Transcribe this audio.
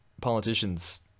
politicians